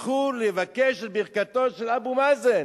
הלכו לבקש את ברכתו של אבו מאזן,